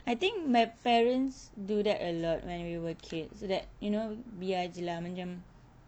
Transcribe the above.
I think my parents do that a lot when we were kids so that you know biar jer lah macam